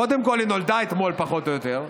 קודם כול, היא נולדה אתמול, פחות או יותר,